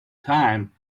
time